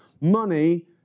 Money